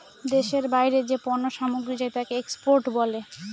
দেশের বাইরে যে পণ্য সামগ্রী যায় তাকে এক্সপোর্ট বলে